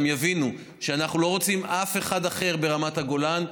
יבינו שאנחנו לא רוצים אף אחד אחר ברמת הגולן.